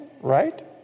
right